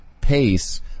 pace